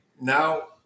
now